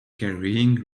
carrying